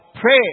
Pray